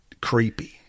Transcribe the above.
creepy